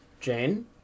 jane